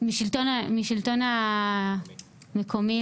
מהשלטון המקומי